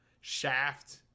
Shaft